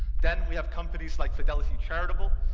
then we have companies like fidelity charitable,